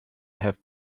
have